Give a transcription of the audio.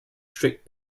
strip